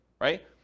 right